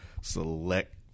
select